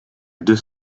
deux